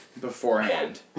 beforehand